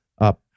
up